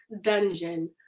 dungeon